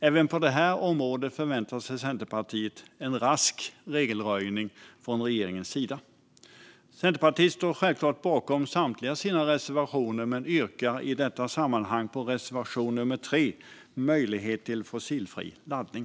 Även på det här området förväntar sig Centerpartiet en rask regelröjning från regeringens sida. Centerpartiet står självklart bakom samtliga sina reservationer i men yrkar i detta sammanhang bifall till reservation 3, Möjlighet till fossilfri laddning.